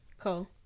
Cool